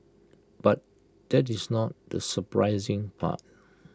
but that is not the surprising part